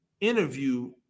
interview